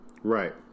right